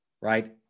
right